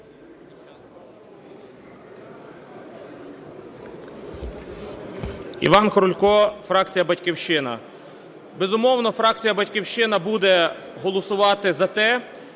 Іван Крулько, фракція "Батьківщина". Безумовно, фракція "Батьківщина" буде голосувати за те,